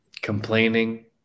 complaining